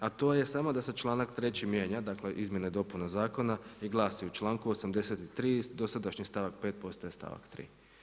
A to je samo da se članak 3. mijenja, dakle izmjena i dopuna zakona i glasi: „U članku 83. dosadašnji stavak 5. postaje stavak 3.